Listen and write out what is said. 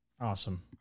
Awesome